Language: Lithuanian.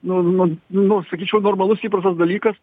nu nu nu sakyčiau normalus įprastas dalykas